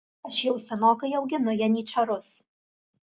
aš jau senokai auginu janyčarus